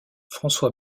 françois